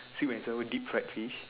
sweet and sour deep fried fish